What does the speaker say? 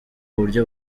buryo